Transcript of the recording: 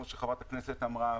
כמו שחברת הכנסת אמרה,